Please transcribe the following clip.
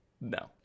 No